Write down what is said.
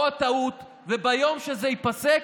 פה הטעות, וביום שזה ייפסק,